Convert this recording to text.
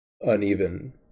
uneven